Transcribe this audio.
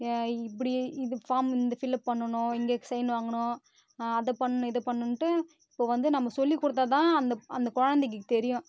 இப்படி இது ஃபார்ம் இந்த ஃபில்அப் பண்ணணும் இங்கே சைன் வாங்கணும் அதை பண்ணணும் இதை பண்ணணும்ட்டு இப்போது வந்து நம்ம சொல்லி கொடுத்தா தான் அந்த அந்த கொழந்தைக்கு தெரியும்